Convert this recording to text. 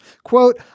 Quote